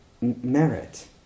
merit